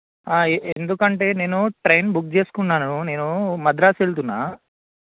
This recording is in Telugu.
ఏ ఎందుకంటే నేను ట్రైన్ బుక్ చేసుకున్నాను నేను మద్రాస్ వెళ్తున్నా